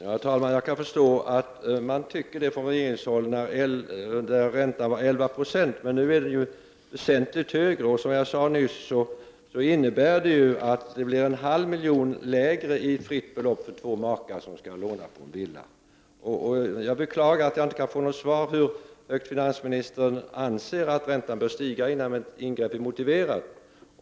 Herr talman! Jag kan förstå att man tyckte det på regeringshåll när räntan var 11 26. Nu är den väsentligt högre. Som jag sade nyss innebär det att det blir en halv miljon lägre fritt belopp för två makar som skall låna på en villa. Jag beklagar att jag inte kan få svar på hur mycket finansministern anser att räntan bör stiga, innan ett ingrepp är motiverat.